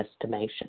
estimation